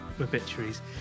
obituaries